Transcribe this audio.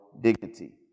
dignity